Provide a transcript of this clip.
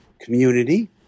community